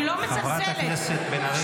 אני לא מזלזלת -- חברת הכנסת בן ארי.